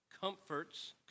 comforts